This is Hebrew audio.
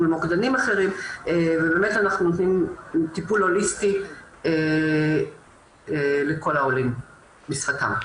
מול מוקדנים אחרים ואנחנו נותנים טיפול הוליסטי לכל העולים בשפתם.